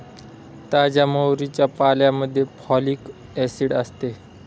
ताज्या मोहरीच्या पाल्यामध्ये फॉलिक ऍसिड असते